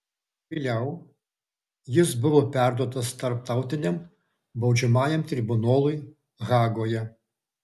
vėliau jis buvo perduotas tarptautiniam baudžiamajam tribunolui hagoje